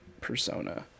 persona